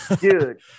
dude